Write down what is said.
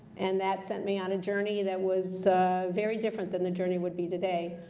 and that sent me on a journey that was very different than the journey would be today.